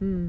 mm